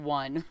one